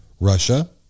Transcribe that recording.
Russia